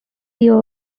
year